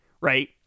right